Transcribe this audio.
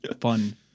fun